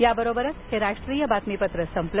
याबरोबरच हे राष्ट्रीय बातमीपत्र संपलं